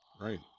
Right